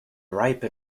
ripe